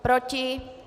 Proti?